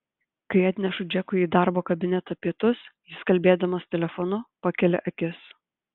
kai atnešu džekui į darbo kabinetą pietus jis kalbėdamas telefonu pakelia akis